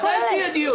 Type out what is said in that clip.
עדיין לא הצבענו.